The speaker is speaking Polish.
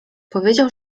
powiedział